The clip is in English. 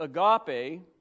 agape